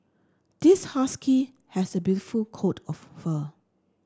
this husky has a beautiful coat of fur